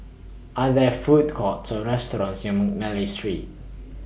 Are There Food Courts Or restaurants near Mcnally Street